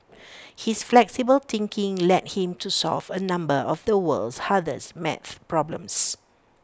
his flexible thinking led him to solve A number of the world's hardest math problems